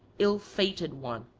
ill-fated one,